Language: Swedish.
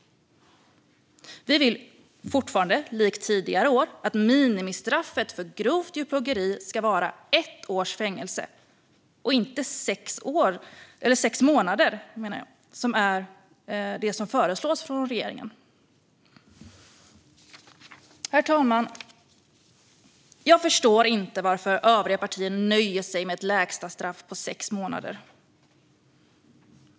Vi vill fortfarande, likt tidigare år, att minimistraffet för grovt djurplågeri ska vara ett års fängelse och inte sex månader, vilket är vad som föreslås från regeringen. Herr talman! Jag förstår inte varför övriga partier nöjer sig med ett lägsta straff på sex månader.